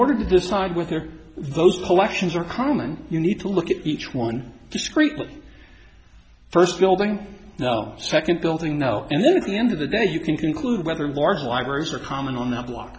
order to decide whether those collections are common you need to look at each one discreetly first building second building now and then at the end of the day you can conclude whether large libraries are common on